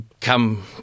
come